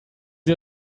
sie